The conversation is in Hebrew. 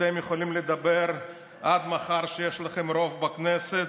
אתם יכולים לדבר עד מחר שיש לכם רוב בכנסת,